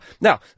Now